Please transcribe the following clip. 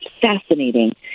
fascinating